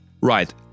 right